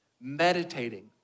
meditating